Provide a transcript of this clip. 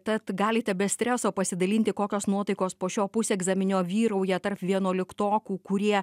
tad galite be streso pasidalinti kokios nuotaikos po šio pusegzaminio vyrauja tarp vienuoliktokų kurie